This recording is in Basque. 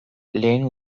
lehen